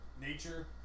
nature